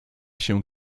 się